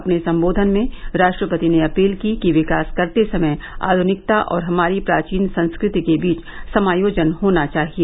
अपने संबोधन में राष्ट्रपति ने अपील की कि विकास करते समय आधुनिकता और हमारी प्राचीन संस्कृति के बीच समायोजन होना चाहिए